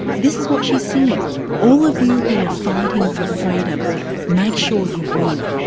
this is what she's singing all of you who are fighting for freedom make sure you win,